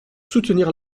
soutenir